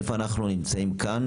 איפה אנחנו נמצאים כאן,